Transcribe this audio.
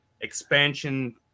expansion